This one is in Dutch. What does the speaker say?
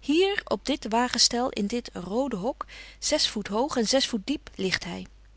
hier op dit wagenstel in dit roode hok zes voet hoog en zes voet diep ligt hij